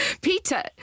Peter